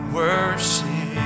worship